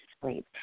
sleep